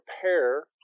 prepare